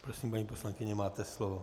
Prosím, paní poslankyně, máte slovo.